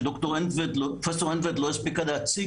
שפרופ' אנדולט לא הספיקה להציג,